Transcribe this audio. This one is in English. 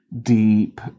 deep